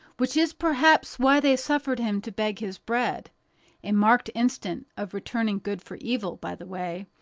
which is perhaps why they suffered him to beg his bread a marked instance of returning good for evil, by the way,